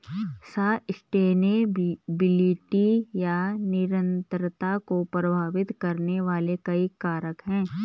sustainability या निरंतरता को प्रभावित करने वाले कई कारक हैं